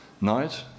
night